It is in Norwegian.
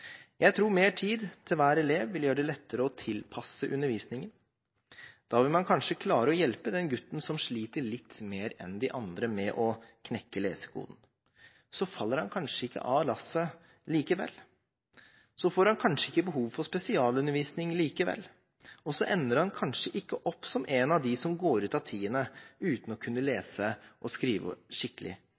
Jeg tror mer tid til hver elev vil gjøre det lettere å tilpasse undervisningen. Da vil man kanskje klare å hjelpe den gutten som sliter litt mer enn de andre med å knekke lesekoden – så faller han kanskje ikke av lasset likevel, så får han kanskje ikke behov for spesialundervisning likevel, og så ender han kanskje ikke som en av dem som går ut av 10. klasse uten å kunne lese og skrive skikkelig,